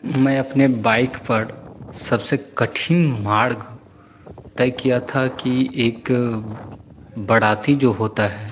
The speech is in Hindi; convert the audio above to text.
मैं अपने बाइक़ पर सबसे कठिन मार्ग तय किया था कि एक बाराती जो होती है